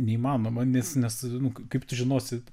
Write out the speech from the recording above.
neįmanoma nes nes nu kaip tu žinosi